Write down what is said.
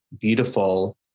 beautiful